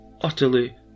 utterly